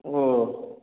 ও